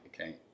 okay